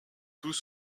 tous